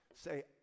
say